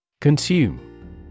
Consume